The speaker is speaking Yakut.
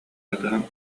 батыһан